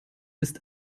ist